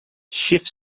schiff